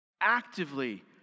Actively